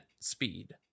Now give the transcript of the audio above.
speed